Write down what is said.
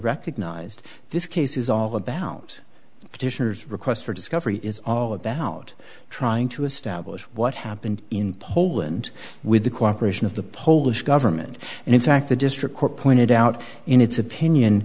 recognized this case is all about petitioners requests for discovery is all about trying to establish what happened in poland with the cooperation of the polish government and in fact the district court pointed out in its opinion